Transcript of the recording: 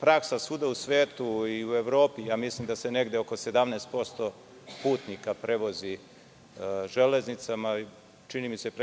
praksa svuda u svetu i u Evropi, mislim da se negde oko 17% putnika prevozi železnicama, a negde